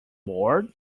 bored